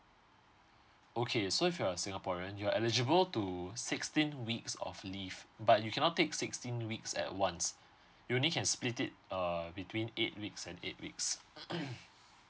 okay so if you're singaporean you're eligible to sixteen weeks of leave but you cannot take sixteen weeks at once you only can split it err between eight weeks and eight weeks